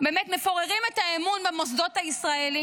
באמת מפוררים את האמון במוסדות הישראלים.